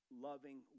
loving